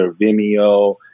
Vimeo